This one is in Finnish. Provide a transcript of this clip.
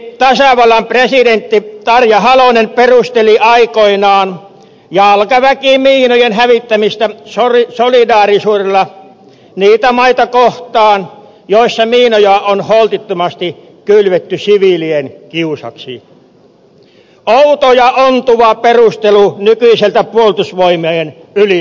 tietääkseni tasavallan presidentti tarja halonen perusteli aikoinaan jalkaväkimiinojen hävittämistä solidaarisuudella niitä maita kohtaan joissa miinoja on holtittomasti kylvetty siviilien kiusaksi outo ja ontuva perustelu nykyiseltä puolustusvoimien ylipäälliköltä